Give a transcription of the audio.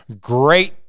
great